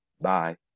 Bye